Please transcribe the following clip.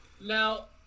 Now